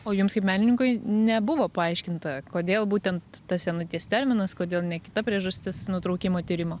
o jums kaip menininkui nebuvo paaiškinta kodėl būtent tas senaties terminas kodėl ne kita priežastis nutraukimo tyrimo